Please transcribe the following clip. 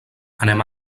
anem